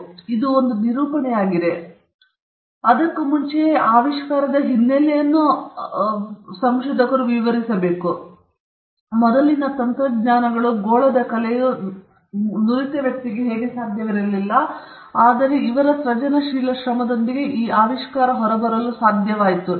ಆದ್ದರಿಂದ ಇದು ಒಂದು ನಿರೂಪಣೆಯಾಗಿದೆ ಅವನು ತನ್ನ ಆವಿಷ್ಕಾರವನ್ನು ವಿವರಿಸುತ್ತಾನೆ ಮತ್ತು ಅದಕ್ಕೂ ಮುಂಚೆಯೇ ಆವಿಷ್ಕಾರದ ಹಿನ್ನೆಲೆಯನ್ನು ಅವನು ವಿವರಿಸುತ್ತಾನೆ ಅವನಿಗೆ ಮೊದಲು ತಂತ್ರಜ್ಞಾನಗಳು ಮತ್ತು ಅವರ ಗೋಳದ ಕಲೆಯು ನುರಿತ ವ್ಯಕ್ತಿಗೆ ಹೇಗೆ ಸಾಧ್ಯವಿರಲಿಲ್ಲ ಆದರೆ ಅವರ ಸೃಜನಶೀಲ ಶ್ರಮದೊಂದಿಗೆ ಈ ಆವಿಷ್ಕಾರದೊಂದಿಗೆ ಬರಲು ಅವನು ಅದನ್ನು ಸಾಧಿಸಲು ಸಾಧ್ಯವಾಯಿತು